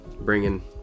bringing